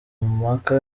mpaka